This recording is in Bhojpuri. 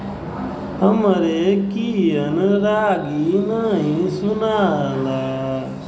हमरे कियन रागी नही सुनाला